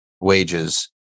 wages